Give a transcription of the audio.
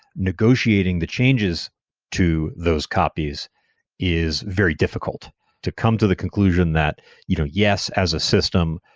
negotiating the changes to those copies is very difficult to come to the conclusion that you, yes, as a system,